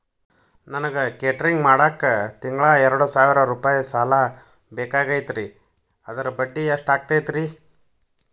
ನನಗ ಕೇಟರಿಂಗ್ ಮಾಡಾಕ್ ತಿಂಗಳಾ ಎರಡು ಸಾವಿರ ರೂಪಾಯಿ ಸಾಲ ಬೇಕಾಗೈತರಿ ಅದರ ಬಡ್ಡಿ ಎಷ್ಟ ಆಗತೈತ್ರಿ?